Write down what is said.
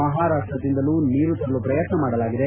ಮಹಾರಾಷ್ಟದಿಂದಲೂ ನೀರು ತರಲು ಪ್ರಯತ್ನ ಮಾಡಲಾಗಿದೆ